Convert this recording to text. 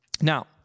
Now